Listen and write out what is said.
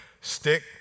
stick